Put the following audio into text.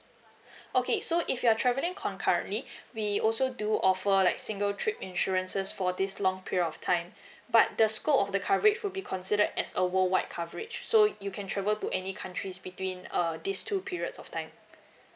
okay so if you're travelling concurrently we also do offer like single trip insurances for this long period of time but the scope of the coverage would be considered as a worldwide coverage so you can travel to any countries between err this two periods of time